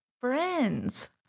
friends